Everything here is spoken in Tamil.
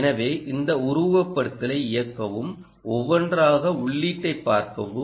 எனவே இந்த உருவகப்படுத்துதலை இயக்கவும் ஒவ்வொன்றாக உள்ளீட்டை பார்க்கவும்